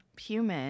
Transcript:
human